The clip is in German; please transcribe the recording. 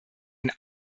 ein